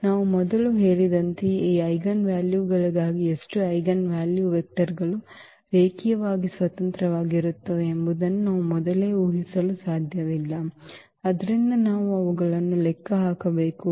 ನಾನು ಮೊದಲು ಹೇಳಿದಂತೆ ಈಜೆನ್ವಾಲ್ಯುಗಳಿಗಾಗಿ ಎಷ್ಟು ಐಜೆನ್ವಾಲ್ಯೂ ವೆಕ್ಟರ್ಗಳು ರೇಖೀಯವಾಗಿ ಸ್ವತಂತ್ರವಾಗಿರುತ್ತವೆ ಎಂಬುದನ್ನು ನಾವು ಮೊದಲೇ ಊಹಿಸಲು ಸಾಧ್ಯವಿಲ್ಲ ಆದ್ದರಿಂದ ನಾವು ಅವುಗಳನ್ನು ಲೆಕ್ಕ ಹಾಕಬೇಕು